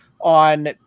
on